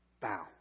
bow